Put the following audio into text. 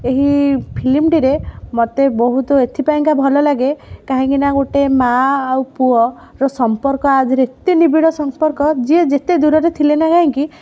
ଏହି ଫିଲ୍ମଟିରେ ମୋତେ ବହୁତ ଏଥିପାଇଁ କା ଭଲ ଲାଗେ କାହିଁକି ନା ଗୋଟେ ମା ଆଉ ପୁଅର ସମ୍ପର୍କ ଆଧିଏରେ ଏତେ ନିବିଡ଼ ସମ୍ପର୍କ ଯିଏ ଯେତେ ଦୂରରେ ଥିଲେ ନା କାହିଁକି